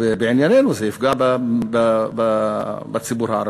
לענייננו, זה יפגע בציבור הערבי.